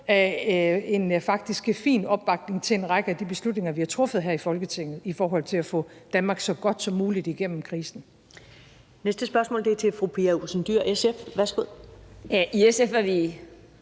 en faktisk fin opbakning til en række af de beslutninger, vi har truffet her i Folketinget, i forhold til at få Danmark så godt som muligt igennem krisen. Kl. 13:16 Første næstformand (Karen